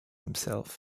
himself